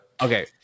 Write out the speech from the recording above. Okay